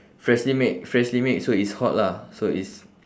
freshly made freshly made so it's hot lah so it's